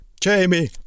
Jamie